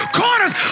corners